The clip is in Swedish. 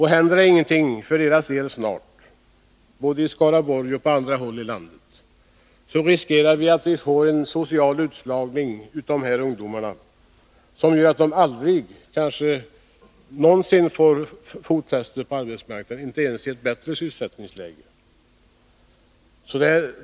Händer det ingenting för deras del snart, i Skaraborgs län och på andra håll i landet, riskerar vi att få en social utslagning av dessa ungdomar som gör att de kanske aldrig någonsin får fotfäste på arbetsmarknaden — inte ens i ett bättre sysselsättningsläge.